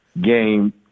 game